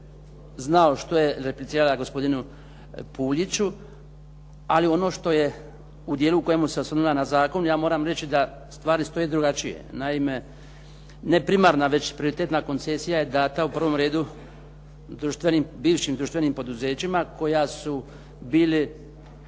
znao što je replicirala gospodinu Puljiću, ali ono što je u dijelu u kojemu se osvrnula na zakon, ja moram reći da stvari stoje drugačije. Naime, ne primarna već prioritetna koncesija je data u prvom redu bivšim društvenim poduzećima koja su bili